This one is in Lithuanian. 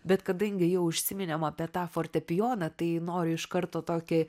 bet kadangi jau užsiminėm apie tą fortepijoną tai noriu iš karto tokį